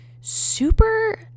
super